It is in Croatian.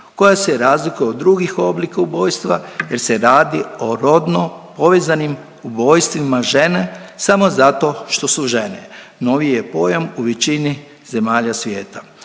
koja se razlikuje od drugih oblika ubojstva jer se radi o rodno povezanim ubojstvima žene samo zato što su žene, novi je pojam u većini zemalja svijeta.